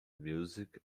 music